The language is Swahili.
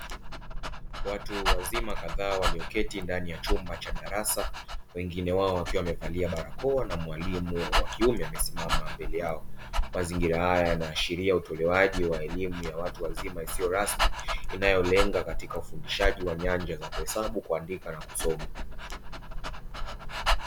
Watu wazima kadhaa walioketi ndani ya chumba cha darasa, wengine wao wakiwa wamevalia barakoa na mwalimu wa kiume amesimama mbele yao. Mazingira haya yanaashiria utolewaji wa elimu ya watu wazima isiyo rasmi, inayolenga katika ufundishaji wa nyanja za kuhesabu, kuandika na kusoma.